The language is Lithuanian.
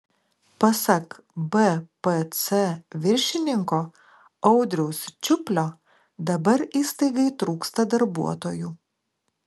pasak bpc viršininko audriaus čiuplio dabar įstaigai trūksta darbuotojų